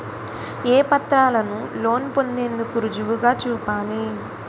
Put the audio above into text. ఏ పత్రాలను లోన్ పొందేందుకు రుజువుగా చూపాలి?